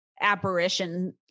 apparition